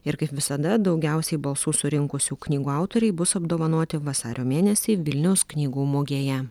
ir kaip visada daugiausiai balsų surinkusių knygų autoriai bus apdovanoti vasario mėnesį vilniaus knygų mugėje